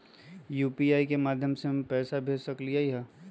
UPI के माध्यम से हम पैसा भेज सकलियै ह?